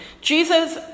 Jesus